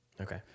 Okay